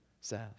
says